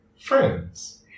Friends